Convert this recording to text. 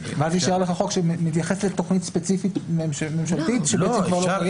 -- ואז יישאר לך חוק שמתייחס לתכנית ממשלתית ספציפית שכבר לא קיימת?